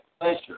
pleasure